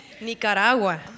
Nicaragua